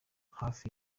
hafi